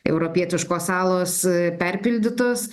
europietiškos salos perpildytos